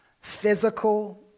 physical